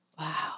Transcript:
Wow